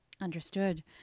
Understood